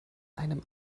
einem